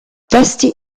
testi